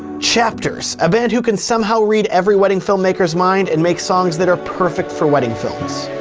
chptrs, a band who can somehow read every wedding filmmakers mind and make songs that are perfect for wedding films.